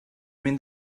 mynd